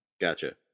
gotcha